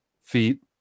feet